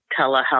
telehealth